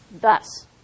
thus